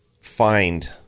find